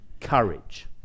courage